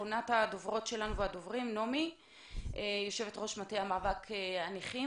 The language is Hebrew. נעמי מורביה יושבת-ראש מטה המאבק לנכים.